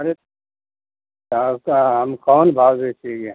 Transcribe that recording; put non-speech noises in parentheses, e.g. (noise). अरे (unintelligible) हम कम भाव से चाहिए